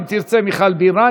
מיכל בירן,